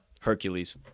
Hercules